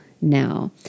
now